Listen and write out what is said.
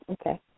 Okay